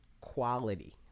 quality